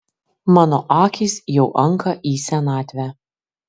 mano akys jau anka į senatvę